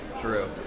True